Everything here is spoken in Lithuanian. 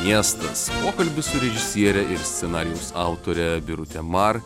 miestas pokalbis su režisiere ir scenarijaus autore birute mar